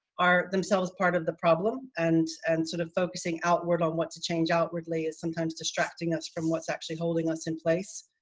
are themselves part of the problem and and sort of focusing outward on what to change outwardly is sometimes distracting us from what's actually holding us in place.